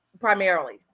primarily